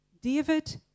David